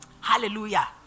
Hallelujah